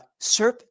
SERP